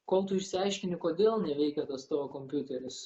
kol tu išsiaiškini kodėl neveikia tas tavo kompiuteris